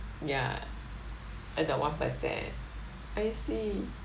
ya at the one percent I see